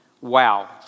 Wow